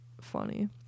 funny